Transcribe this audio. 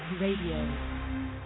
Radio